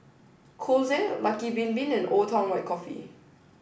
Kose Lucky Bin Bin and Old Town White Coffee